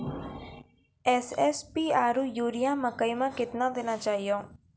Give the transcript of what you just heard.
SSP आरु urea मकई मे कितना देना चाहिए?